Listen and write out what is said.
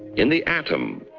in the atom.